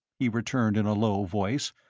he returned in a low voice.